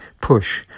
push